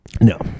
No